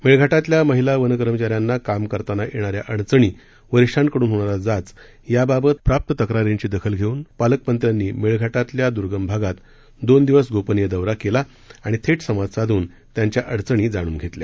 मेळघाटातल्या महिला वनकर्मचाऱ्यांना काम करताना येणाऱ्या अडचणी वरिष्ठांकडून होणारा जाच याबाबत प्राप्त तक्रारींची दखल घेऊन पालकमंत्र्यांनी मेळघाटातल्या दुर्गम भागात दोन दिवस गोपनीय दौरा केला आणि थेट संवाद साधून त्यांच्या अडचणी जाणून घेतल्या